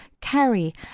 carry